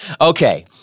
Okay